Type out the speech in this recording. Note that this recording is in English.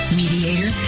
mediator